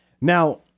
Now